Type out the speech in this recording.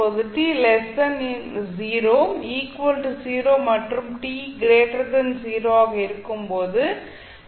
இப்போது t 0 0 மற்றும் t 0 ஆக இருக்கும்போது 30